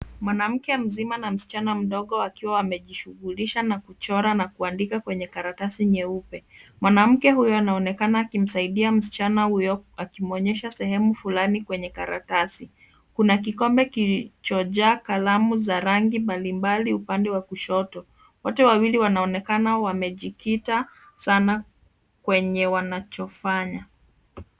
Mwanamke mzima na msichana mdogo wakiwa wamejishugulisha na kuchora na kuandi kwenye karatasi nyeupe. Mwanamke huyo anaonekana akimsaidia msichana huyu akimuonyesha sehemu fulani kwenye karatasi. Kuna kikombe kilichojaa kalamu za rangi mbalimbali upande wa kushoto, wote wawili wanaonekana wamejikita sana kwenye wanachofanya.